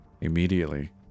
Immediately